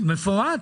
משה,